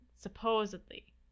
supposedly